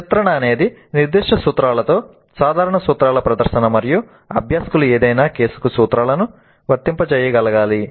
చిత్రణ అనేది నిర్దిష్ట సూత్రాలతో సాధారణ సూత్రాల ప్రదర్శన మరియు అభ్యాసకులు ఏదైనా కేసుకు సూత్రాలను వర్తింపజేయగలగాలి